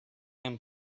and